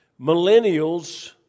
Millennials